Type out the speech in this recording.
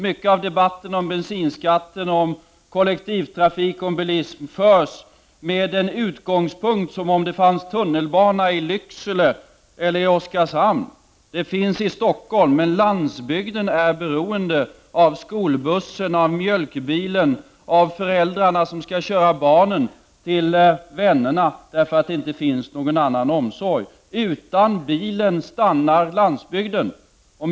Mycket av debatten om bensinskatten, kollektivtrafiken och bilismen förs med en utgångspunkt som om det fanns tunnelbana i Lycksele eller i Oskarshamn. Tunnelbana finns i Stockholm, men landsbygden är beroende av skolbussen, av mjölkbilen och av föräldrarna som skall köra barnen till vännerna, eftersom det inte finns någon annan omsorg. Utan bilen stannar landsbygden.